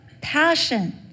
passion